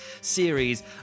series